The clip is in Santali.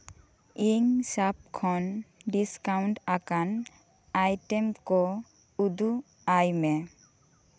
ᱤᱧ ᱥᱟᱯ ᱠᱷᱚᱱ ᱰᱤᱥᱠᱟᱣᱩᱱᱴ ᱟᱠᱟᱱ ᱟᱭᱴᱮᱢ ᱠᱚ ᱩᱫᱩᱜ ᱟᱭ ᱢᱮ